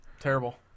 Terrible